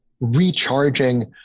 recharging